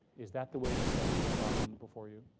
is that the way to say the problem before you?